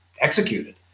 executed